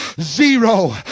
zero